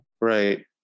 right